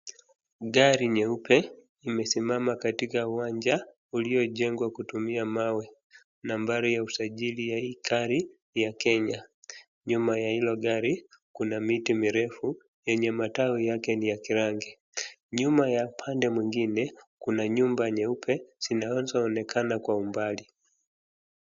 Gari nyeupe imesimama katika uwanja uliojengwa kutumia mawe. Nambari ya usajili ya hii gari ni ya Kenya. Nyuma ya hilo gari kuna miti mirefu yenye matawi yake ni ya kirangi. Nyuma ya pande mwingine kuna nyumba nyeupe zinazoonekana kwa umbali.